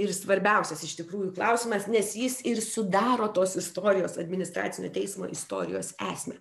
ir svarbiausias iš tikrųjų klausimas nes jis ir sudaro tos istorijos administracinio teismo istorijos esmę